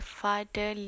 father